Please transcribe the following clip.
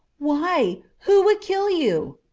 why, who would kill you?